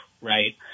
right